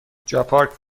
جاپارک